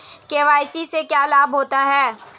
KYC से क्या लाभ होता है?